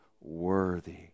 worthy